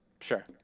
Sure